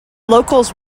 locals